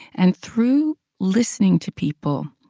and through listening to people,